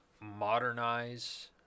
modernize